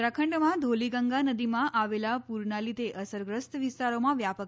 ઉત્તરાખંડમાં ધૌલીગંગા નદીમાં આવેલા પુરના લીધે અસરગ્રસ્ત વિસ્તારોમાં વ્યાપક